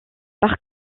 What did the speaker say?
par